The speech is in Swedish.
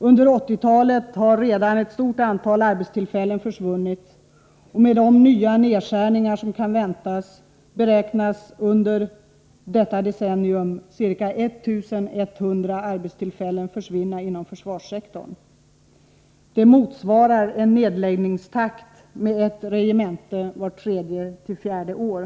Under 1980-talet har redan ett stort antal arbetstillfällen försvunnit, och med de nya nedskärningar som kan väntas beräknas under detta decennium ca 1 100 arbetstillfällen försvinna inom försvarssektorn. Det motsvarar en nedläggningstakt av ett regemente vart tredje eller fjärde år.